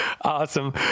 Awesome